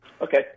Okay